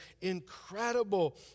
incredible